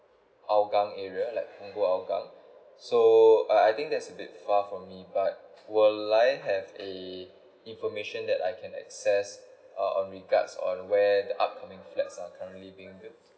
hougang area like punggol hougang so I I think that's a bit far for me but will I have a information that I can access uh on regards on where the upcoming flats are currently being built